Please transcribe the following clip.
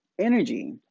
energy